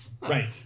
Right